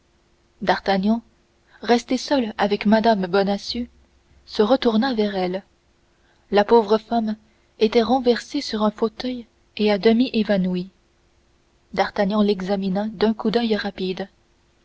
d'artagnan resté seul avec mme bonacieux se retourna vers elle la pauvre femme était renversée sur un fauteuil et à demi évanouie d'artagnan l'examina d'un coup d'oeil rapide